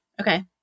Okay